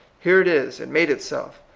here it is it made itself.